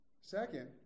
Second